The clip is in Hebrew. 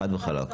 חד וחלק.